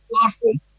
platform